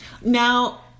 Now